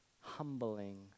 humbling